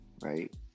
Right